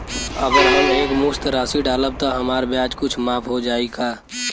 अगर हम एक मुस्त राशी डालब त हमार ब्याज कुछ माफ हो जायी का?